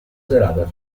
serata